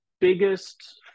biggest